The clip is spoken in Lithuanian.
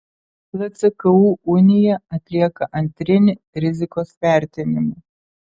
lcku unija atlieka antrinį rizikos vertinimą